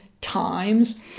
times